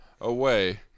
away